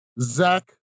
Zach